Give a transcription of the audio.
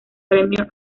premio